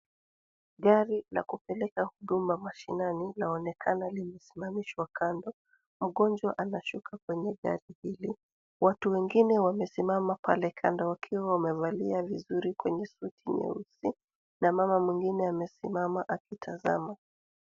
Gari la kupeleka huduma mashinani laonekana limesimamishwa kando. Mgonjwa anashuka kwenye gari hili. Watu wengine wamesimama pale kando wakiwa wamevalia vizuri kwenye suti nyeusi, na mama mwingine amesimama akitazama.